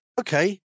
okay